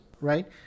right